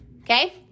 Okay